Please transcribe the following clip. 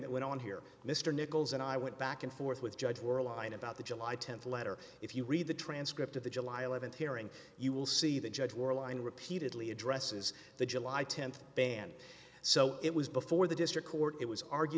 that went on here mr nichols and i went back and forth with judge or a line about the july th letter if you read the transcript of the july th hearing you will see the judge or a line repeatedly addresses the july th ban so it was before the district court it was argue